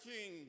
King